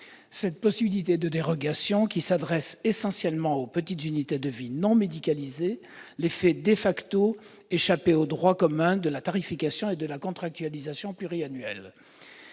Cette possibilité de dérogation, qui s'adresse essentiellement aux petites unités de vie non médicalisées, leur permet d'échapper au droit commun de la tarification et de la contractualisation pluriannuelle.